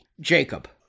Jacob